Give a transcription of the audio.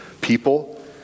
people